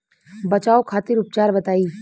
बचाव खातिर उपचार बताई?